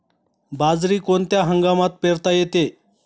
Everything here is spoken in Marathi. बाजरी कोणत्या हंगामात पेरता येते?